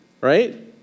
right